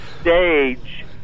stage